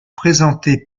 présentés